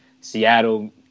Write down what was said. Seattle